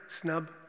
snub